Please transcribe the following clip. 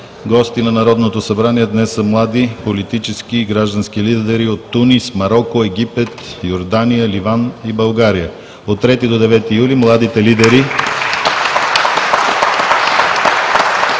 гости на Народното събрание днес са млади, политически и граждански лидери от Тунис, Мароко, Египет, Йордания, Ливан и България. (Ръкопляскания.) От 3 до 9 юли младите лидер